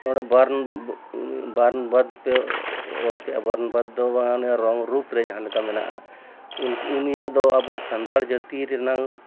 ᱱᱚᱸᱰᱮ ᱵᱟᱨᱱᱚ ᱵᱟᱫ ᱯᱮ ᱚᱞ ᱠᱮᱜᱼᱟ ᱵᱟᱨᱱ ᱵᱟᱫ ᱫᱚ ᱵᱟᱝ ᱨᱚᱝ ᱨᱩᱯ ᱨᱮ ᱡᱟᱦᱟᱸ ᱞᱮᱠᱟ ᱢᱮᱱᱟᱜᱼᱟ ᱩᱱᱤᱭᱟᱜ ᱫᱚ ᱟᱵᱚ ᱥᱟᱱᱛᱟᱲ ᱡᱟᱹᱛᱤ ᱨᱮᱱᱟᱜ